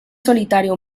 solitario